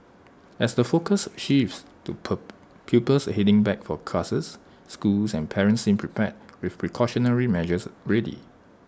as the focus shifts to per pupils heading back for classes schools and parents seem prepared with precautionary measures ready